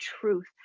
truth